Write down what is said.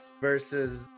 versus